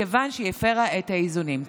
מכיוון שהיא הפרה את האיזונים.